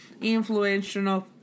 influential